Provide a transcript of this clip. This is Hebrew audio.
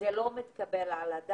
מיני מסגרות אם זה מסגרות לקשישים,